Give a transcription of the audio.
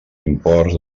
imports